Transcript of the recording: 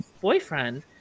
boyfriend